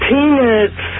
Peanuts